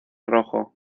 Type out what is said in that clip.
rojo